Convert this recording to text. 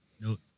No